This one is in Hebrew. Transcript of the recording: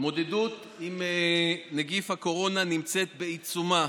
התמודדות עם נגיף הקורונה נמצאת בעיצומה,